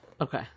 Okay